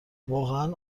واقعا